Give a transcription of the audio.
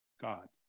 God